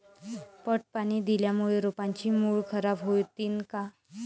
पट पाणी दिल्यामूळे रोपाची मुळ खराब होतीन काय?